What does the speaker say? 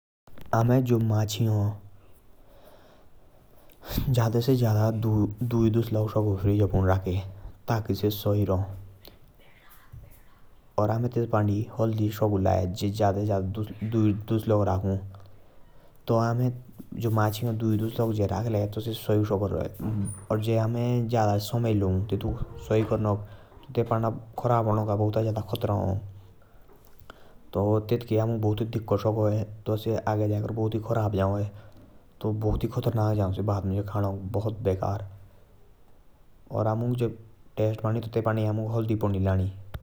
अमे जो माछी हो से अमे जादा से जादा दुई दस लग साकु रखे फ्रिजा पुन। ताकि से सही रा अमे तेपांदी हल्दी भी ला सकते। और जे अमे जादा दस लग रखले तो से खराब हो सका।